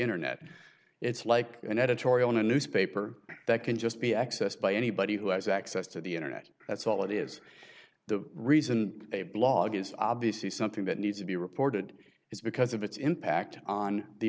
internet it's like an editorial in a newspaper that can just be accessed by anybody who has access to the internet that's all it is the reason a blog is obviously something that needs to be reported is because of its impact on the